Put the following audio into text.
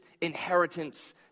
inheritance